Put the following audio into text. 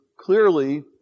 clearly